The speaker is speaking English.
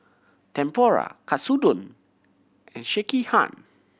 Tempura Katsudon and Sekihan